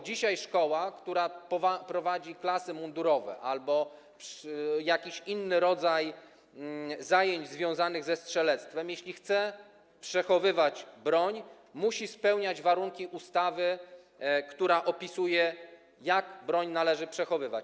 Dzisiaj szkoła, która prowadzi klasy mundurowe albo jakiś inny rodzaj zajęć związanych ze strzelectwem, jeśli chce przechowywać broń, musi spełniać warunki ustawy, która opisuje, jak tę broń należy przechowywać.